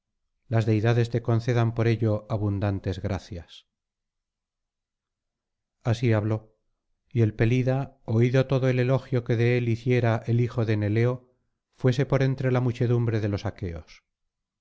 las deidades te concedan por ello abundantes gracias así habló y el pelida oído todo el elogio que de él hiciera el hijo de neleo fuese por entre la muchedumbre de los aqueos